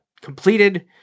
completed